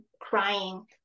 crying